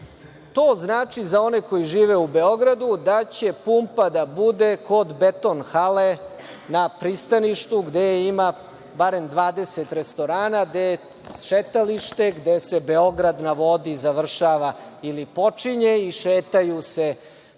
znači za one koji žive u Beogradu da će pumpa da bude kod Beton hale na pristaništu gde ima barem 20 restorana, gde je šetalište, gde se „Beograda na vodi“ završava ili počinje i šetaju se